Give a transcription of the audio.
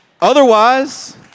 Otherwise